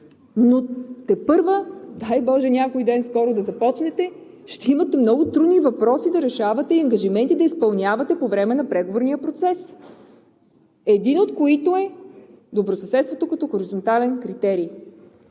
но тепърва, дай боже, някой ден скоро да започнете, ще имате много трудни въпроси да решавате и ангажименти да изпълнявате по време на преговорния процес, един от които е добросъседството като хоризонтален критерий